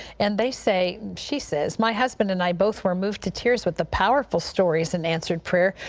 and they say she says, my husband and i both were moved to tears with the powerful stories in answered pray.